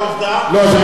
זה מגלי והבה.